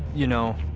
you know.